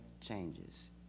changes